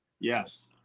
Yes